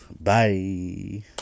Bye